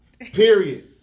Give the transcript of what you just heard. Period